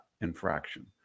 infraction